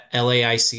LAIC